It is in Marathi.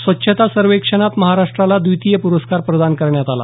स्वच्छता सर्वेक्षणात महाराष्टाला द्वितीय प्रस्कार प्रदान करण्यात आला